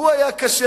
הוא היה קשה,